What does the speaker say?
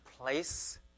place